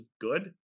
good